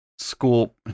school